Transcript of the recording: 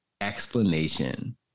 Explanation